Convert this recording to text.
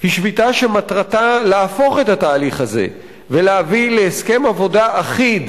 היא שביתה שמטרתה להפוך את התהליך הזה ולהביא להסכם עבודה אחיד,